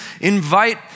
invite